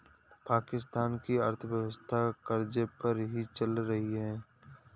पाकिस्तान की अर्थव्यवस्था कर्ज़े पर ही चल रही है